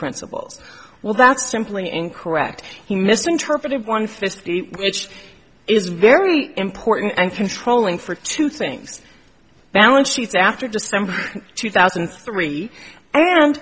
principles well that's simply incorrect he misinterpreted one face which is very important and controlling for two things balance sheets after december two thousand and three and